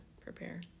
prepare